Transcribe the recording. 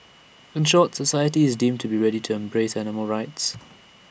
in short society is deemed to be ready to embrace animal rights